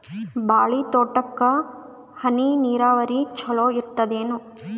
ಬಾಳಿ ತೋಟಕ್ಕ ಹನಿ ನೀರಾವರಿ ಚಲೋ ಇರತದೇನು?